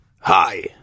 Hi